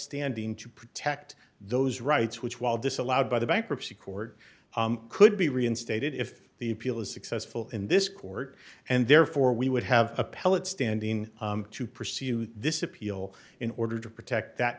standing to protect those rights which while disallowed by the bankruptcy court could be reinstated if the appeal is successful in this court and therefore we would have appellate standing to proceed with this appeal in order to protect that